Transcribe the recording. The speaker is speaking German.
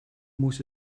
muss